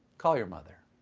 call your mother.